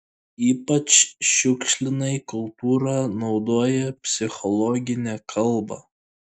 ypač šiukšlinai kultūra naudoja psichologinę kalbą